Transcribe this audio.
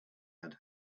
had